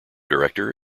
director